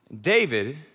David